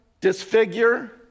disfigure